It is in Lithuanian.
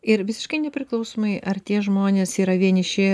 ir visiškai nepriklausomai ar tie žmonės yra vieniši